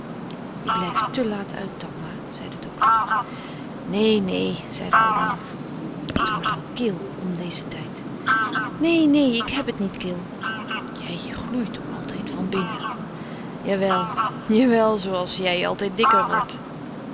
je blijft te laat uit takma zei de dokter neen neen zei de oude man het wordt al kil om dezen tijd neen neen ik heb het niet kil jij gloeit ook altijd van binnen jawel jawel zoo als jij altijd dikker wordt